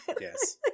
yes